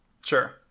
sure